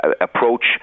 approach